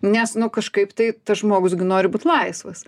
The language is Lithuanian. nes nu kažkaip tai tas žmogus gi nori būti laisvas